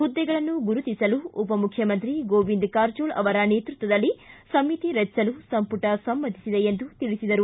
ಹುದ್ದೆಗಳನ್ನು ಗುರುತಿಸಲು ಉಪಮುಖ್ಯಮಂತ್ರಿ ಗೋವಿಂದ ಕಾರಜೋಳ್ ನೇತೃತ್ವದಲ್ಲಿ ಸಮಿತಿ ರಚಿಸಲು ಸಂಪುಟ ಸಮ್ನತಿಸಿದೆ ಎಂದು ತಿಳಿಸಿದರು